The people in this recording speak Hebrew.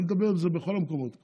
אני מדבר על זה בכל המקומות,